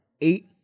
eight